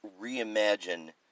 reimagine